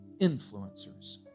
influencers